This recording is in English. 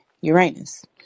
Uranus